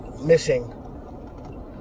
missing